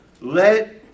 Let